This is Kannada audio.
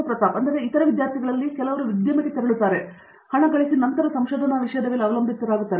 ಪ್ರತಾಪ್ ಹರಿಡೋಸ್ ಮತ್ತು ಕ್ಷಮಿಸಿ ಇತರ ವಿದ್ಯಾರ್ಥಿಗಳಲ್ಲಿ ಕೆಲವರು ಉದ್ಯಮಕ್ಕೆ ತೆರಳಿ ಹಣವನ್ನು ಗಳಿಸಿ ಅದರ ನಂತರ ಅವರ ಸಂಶೋಧನಾ ವಿಷಯದ ಮೇಲೆ ಅವಲಂಬಿತರಾಗುತ್ತಾರೆ